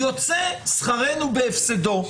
יוצא שכרנו בהפסדו.